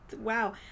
Wow